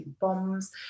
bombs